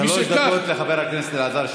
שלוש דקות לחבר הכנסת אלעזר שטרן.